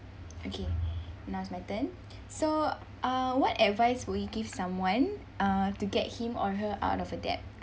okay now is my turn so uh what advice would you give someone uh to get him or her out of a debt